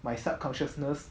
my subconsciousness